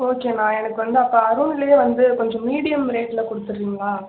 ஓகேண்ணா எனக்கு வந்து அப்போ அருண்லேயே வந்து கொஞ்சம் மீடியம் ரேட்டில் கொடுத்துட்றீங்களா